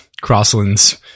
crossland's